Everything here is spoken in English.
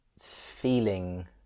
feeling